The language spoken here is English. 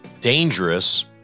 dangerous